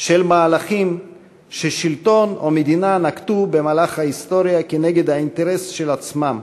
של מהלכים ששלטון או מדינה נקטו במהלך ההיסטוריה כנגד האינטרס של עצמם,